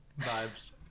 Vibes